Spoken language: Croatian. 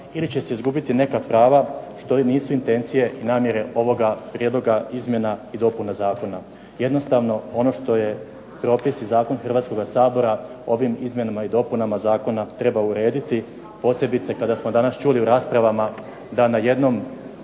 ili će se izgubiti neka prava što i nisu intencije i namjere ovoga prijedloga izmjena i dopuna zakona. Jednostavno, ono što je propis i zakon Hrvatskoga sabora ovim izmjenama i dopunama zakona treba urediti posebice kada smo danas čuli u raspravama da na jednom